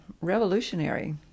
revolutionary